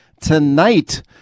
tonight